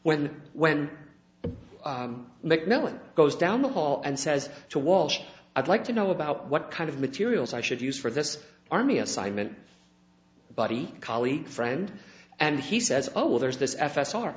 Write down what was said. when when mcmillan goes down the hall and says to walsh i'd like to know about what kind of materials i should use for this army assignment buddy colleague friend and he says oh well there's this f s